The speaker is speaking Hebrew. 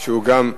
שהוא גם,